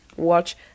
watch